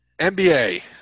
NBA –